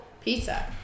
pizza